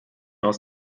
aus